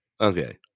Okay